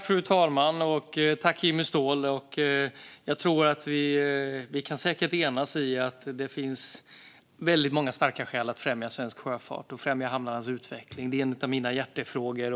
Fru talman! Jag tror att vi kan enas i att det finns väldigt många starka skäl att främja svensk sjöfart och att främja hamnarnas utveckling. Detta är en av mina hjärtefrågor.